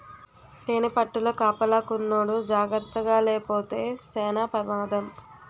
తేనిపట్టుల కాపలాకున్నోడు జాకర్తగాలేపోతే సేన పెమాదం